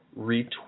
retweet